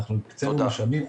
אנחנו הקצנו משאבים,